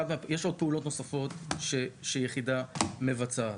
יש פעולות נוספות שיחידה מבצעת.